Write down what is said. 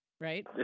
right